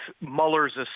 Mueller's